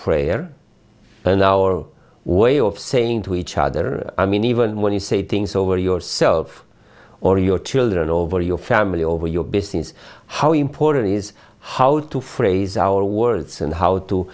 prayer and our way of saying to each other i mean even when you say things over yourself or your children or your family or your business how important is how to phrase our words and how to